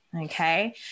Okay